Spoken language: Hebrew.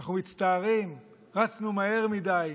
אנחנו מצטערים, רצנו מהר מדי,